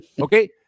Okay